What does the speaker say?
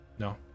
No